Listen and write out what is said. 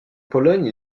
pologne